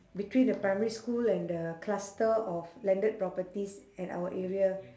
between the primary school and the cluster of landed properties at our area